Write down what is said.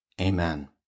Amen